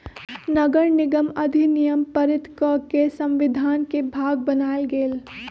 नगरनिगम अधिनियम पारित कऽ के संविधान के भाग बनायल गेल